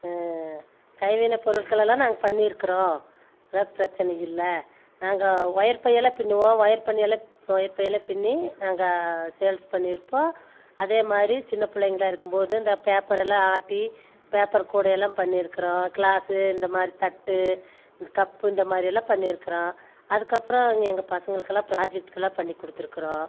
கைவினை பொருட்களெல்லாம் நாங்கள் பண்ணியிருக்கிறோம் அதான் பிரச்சனை இல்லை நாங்கள் ஒயர் பை எல்லாம் பின்னுவோம் ஒயர் பண்ணியெல்லாம் ஒயர் பை எல்லாம் பின்னி நாங்கள் சேல்ஸ் பண்ணிருப்போம் அதே மாதிரி சின்ன பிள்ளைகளா இருக்கும் போது இந்த பேப்பரெலாம் ஆட்டி பேப்பர் கூடை எல்லாம் பண்ணிருக்கிறோம் கிளாஸ் இந்த மாதிரி தட்டு கப்பு இந்த மாதிரி எல்லாம் பண்ணிருக்கிறோம் அதுக்கப்புறம் எங்கள் பசங்களுக்கெலாம் ப்ராஜெக்ட்கெலாம் பண்ணி கொடுத்துருக்குறோம்